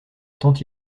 tant